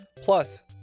plus